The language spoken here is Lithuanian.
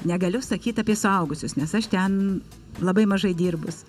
negaliu sakyt apie suaugusius nes aš ten labai mažai dirbus